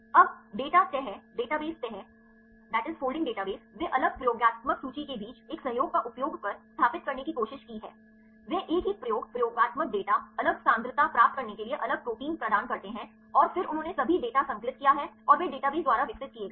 अब डेटा तह डेटाबेस तह वे अलग प्रयोगात्मक सूची के बीच एक सहयोग का उपयोग कर स्थापित करने की कोशिश की है वे एक ही प्रयोग प्रयोगात्मक डेटा अलग सांद्रता प्राप्त करने के लिए अलग प्रोटीन प्रदान करते हैं और फिर उन्होंने सभी डेटा संकलित किया और वे डेटाबेस द्वारा विकसित किए गए